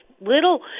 little